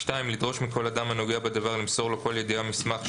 (2)לדרוש מכל אדם הנוגע בדבר למסור לו כל ידיעה או מסמך,